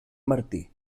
martí